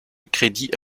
crédit